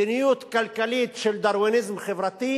מדיניות כלכלית של דרוויניזם חברתי,